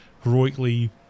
heroically